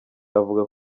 avuga